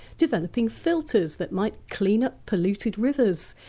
developing filters that might clean up polluted rivers,